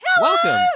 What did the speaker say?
Welcome